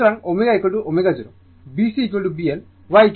সুতরাং ωω0 B CB L YG